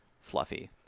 fluffy